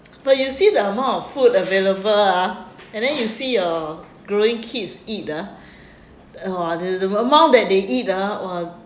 but you see the amount of food available ah and then you see your growing kids eat ah !wah! the the the amount that they eat ah !wah!